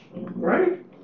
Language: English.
Right